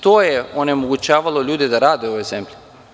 To je onemogućavalo ljude da rade u ovoj zemlji.